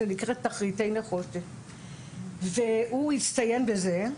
זה נקרא תחריטי נחושת והוא הצטיין בזה,